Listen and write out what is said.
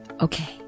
Okay